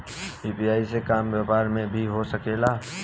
UPI के काम व्यापार में भी हो सके ला?